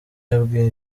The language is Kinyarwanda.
yabwiye